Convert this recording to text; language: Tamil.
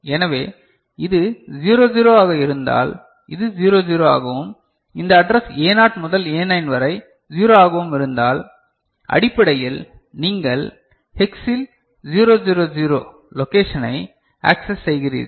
எனவே இது 00 ஆக இருந்தால் இது 00 ஆகவும் இந்த அட்ரஸ் A0 முதல் A9 வரை 0 ஆகவும் இருந்தால் அடிப்படையில் நீங்கள் ஹெக்ஸில் 000 லொகேஷனை ஆக்ஸஸ் செய்கிறீர்கள்